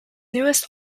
newest